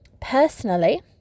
personally